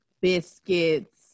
biscuits